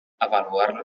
avaluar